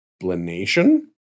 explanation